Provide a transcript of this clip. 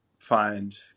find